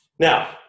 Now